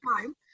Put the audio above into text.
time